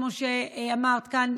כמו שאמרת כאן,